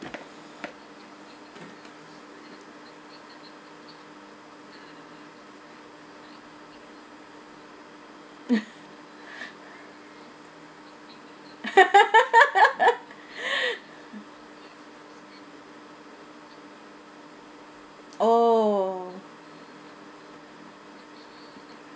oo